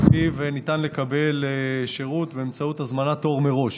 שבו ניתן לקבל שירות באמצעות הזמנת תור מראש.